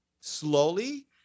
slowly